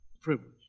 privilege